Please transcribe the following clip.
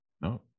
No